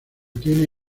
tiene